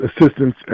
assistance